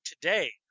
today